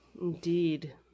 Indeed